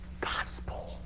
gospel